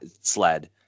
sled